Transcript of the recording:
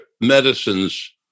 medicines